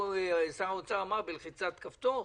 שר האוצר אמר: בלחיצת כפתור?